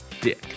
dick